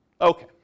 Okay